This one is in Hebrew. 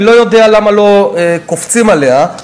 אני לא יודע למה לא קופצים עליה,